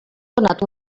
donat